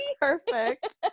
Perfect